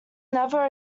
never